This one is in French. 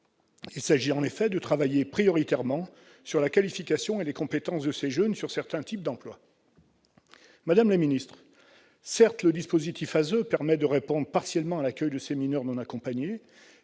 Il s'agit en effet de travailler prioritairement sur la qualification et les compétences de ces jeunes sur certains types d'emploi. Madame la garde des sceaux, certes le dispositif ASE permet de répondre partiellement à l'accueil de ces mineurs non accompagnés,